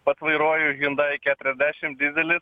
pats vairuoju hyundai keturiasdešim devyni dyzelis